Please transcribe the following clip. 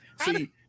See